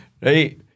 Right